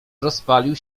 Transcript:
rozpalił